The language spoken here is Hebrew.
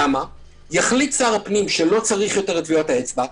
למה יחליט שר הפנים שלא צריך עוד את טביעות האצבע,